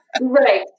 Right